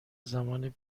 زمان